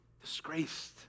disgraced